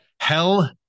Hell